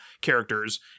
characters